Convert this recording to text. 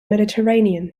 mediterranean